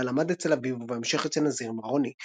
תחילה למד אצל אביו ובהמשך אצל נזיר מרוני.